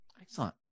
Excellent